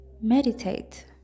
meditate